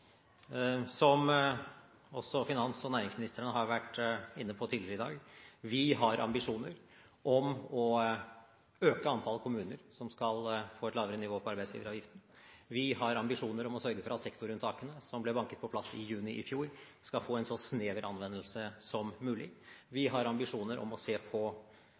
om å øke antallet kommuner som skal få et lavere nivå på arbeidsgiveravgiften. Vi har ambisjoner om å sørge for at sektorunntakene som ble banket på plass i juni i fjor, skal få en så snever anvendelse som mulig. Vi har ambisjoner om å se på